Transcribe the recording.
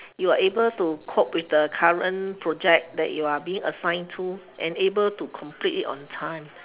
you are able to cope with the current project that you are being assigned to and able to complete it on time